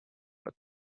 but